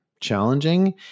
challenging